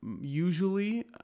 usually